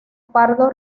pardo